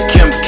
Kim